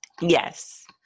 yes